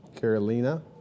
Carolina